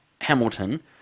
Hamilton